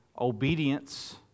obedience